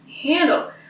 handle